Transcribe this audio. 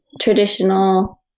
traditional